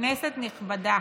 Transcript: כנסת נכבדה,